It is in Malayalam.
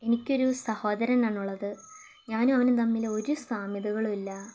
എനിക്കൊരു സഹോദരനാണുള്ളത് ഞാനും അവനും തമ്മില് ഒരു സാമ്യതകളുമില്ല